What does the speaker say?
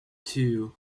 two